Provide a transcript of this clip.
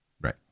Right